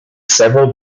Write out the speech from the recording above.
several